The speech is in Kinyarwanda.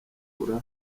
gukura